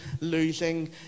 losing